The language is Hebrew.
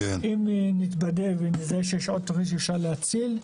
אם נתבדה ונראה שיש עוד תכנית שאפשר להציל,